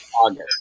August